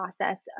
process